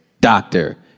doctor